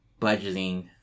budgeting